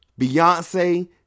Beyonce